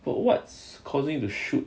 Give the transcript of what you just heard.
but what's causing the shoot